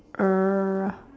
err